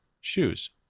shoes